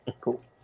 Cool